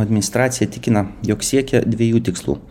administracija tikina jog siekia dviejų tikslų